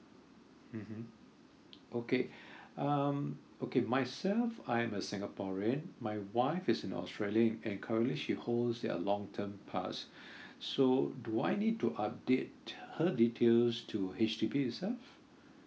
mmhmm okay um okay myself I'm a singaporean my wife is an australian and currently she holds in a long term pass so do I need to update her details to H_D_B itself